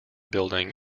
building